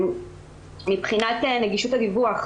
מבחינת נגישות הדיווח,